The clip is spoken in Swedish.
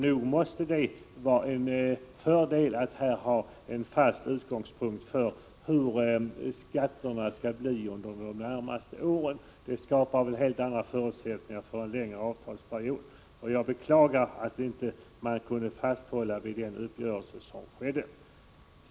Nog måste det vara en fördel att ha en fast utgångspunkt för hur skatterna skall vara under de närmaste åren. Det skapar helt andra förutsättningar för en längre avtalsperiod. Jag beklagar att man inte kunde hålla fast vid den uppgörelse som träffades.